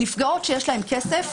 נפגעות שיש להן כסף